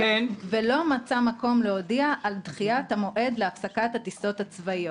ולא מצא מקום להודיע על דחיית המועד להפסקת הטיסות הצבאיות.